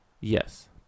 Yes